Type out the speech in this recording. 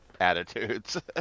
attitudes